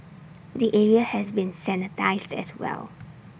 the area has been sanitised as well